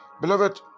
Beloved